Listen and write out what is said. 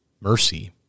mercy